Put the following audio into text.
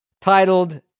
titled